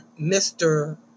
Mr